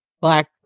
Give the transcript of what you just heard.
Black